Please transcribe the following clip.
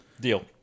Deal